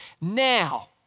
Now